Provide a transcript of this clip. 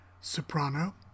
Soprano